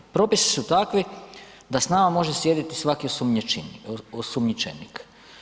Propisi su takvi da s nama može sjediti svaki osumnjičenik.